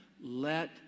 let